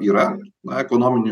yra na ekonominių